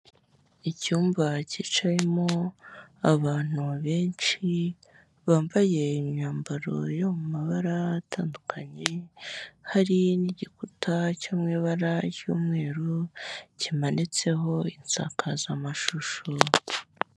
Icyumba cyicayemo abantu benshi, bambaye imyambaro yo mu mabara atandukanye, hari n'igikuta cyo mu ibara ry'umweru kimanitseho insakazamashusho.